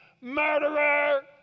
Murderer